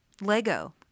Lego